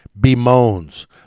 bemoans